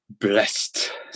blessed